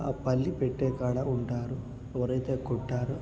ఆ పల్లీ పెట్టే కాడ ఉంటారు ఎవరైతే కొట్టారో